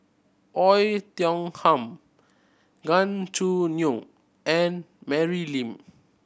Oei Tiong Ham Gan Choo Neo and Mary Lim